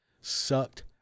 sucked